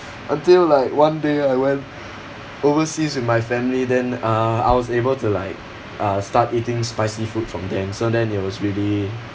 until like one day I went overseas with my family then uh I was able to like uh start eating spicy food from then so then it was really